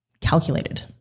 calculated